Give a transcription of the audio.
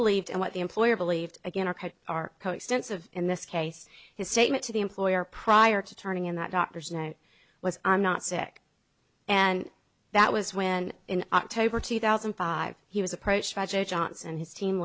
believed and what the employer believed again or are co extensive in this case his statement to the employer prior to turning in that doctor's note was i'm not sick and that was when in october two thousand and five he was approached by johnson and his team